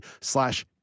slash